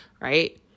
right